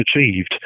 achieved